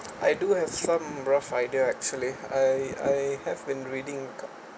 I do have some rough idea actually I I have been reading